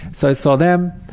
so i saw them.